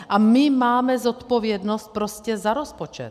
A my máme zodpovědnost prostě za rozpočet.